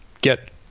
get